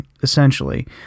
essentially